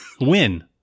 win